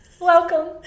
Welcome